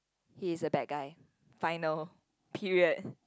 he is a bad guy final period